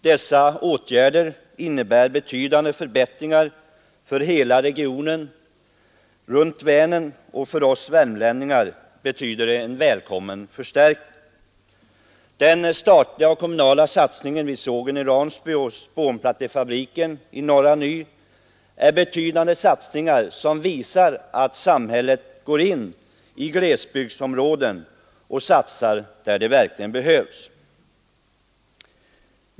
Dessa åtgärder innebär betydande förbättringar för hela regionen runt Vänern, och för oss värmlänningar betyder det en välkommen förstärkning. Den betydande statliga och kommunala satsningen på sågen i Ransby och spånplattefabriken i Norra Ny visar att samhället går in i glesbygdsområden och satsar där det verkligen behövs.